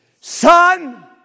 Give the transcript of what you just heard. Son